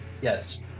Yes